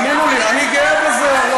האמינו לי, אני גאה בזה.